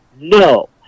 No